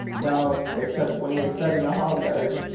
no except when he is setting a halyard.